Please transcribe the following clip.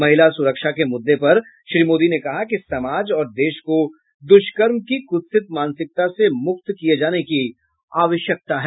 महिला सुरक्षा के मुद्दे पर श्री मोदी ने कहा कि समाज और देश को दुष्कर्म की कुत्सित मानसिकता से मुक्त किए जाने की आवश्यकता है